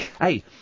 Hey